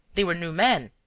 they were new men.